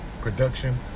production